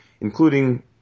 including